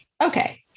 Okay